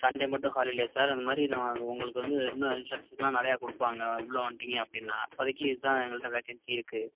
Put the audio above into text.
Sunday உங்களுக்கு வந்து இன்னும் இன்ஸ்ட்ரக்ஷன்ஸ்லாம் நிறையா கொடுப்பாங்க உள்ள வந்துட்டிங்க அப்படின்னா இப்போதிக்கி இதான் எங்கள்கிட்ட வேக்கன்சி இருக்குது